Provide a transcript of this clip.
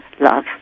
love